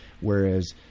whereas